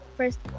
first